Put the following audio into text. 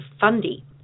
Fundy